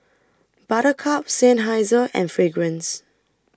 Buttercup Seinheiser and Fragrance